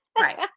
Right